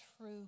true